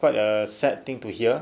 quite a sad thing to hear